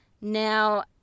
Now